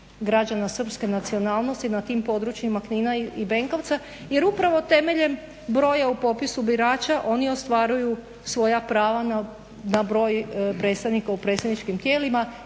građana srpske nacionalnosti na tim područjima Knina i Benkovca jer upravo temeljem broja u popisu birača oni ostvaruju svoja prava na broj predstavnika u predstavničkim tijelima